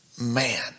man